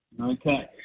Okay